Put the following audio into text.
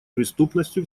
преступностью